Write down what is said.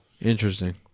Interesting